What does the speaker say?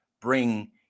bring